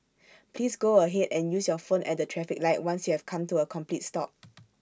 please go ahead and use your phone at the traffic light once you have come to A complete stop